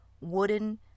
wooden